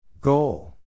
Goal